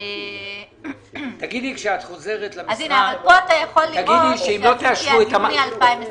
פה אתה יכול לראות שזה עד יוני 2021,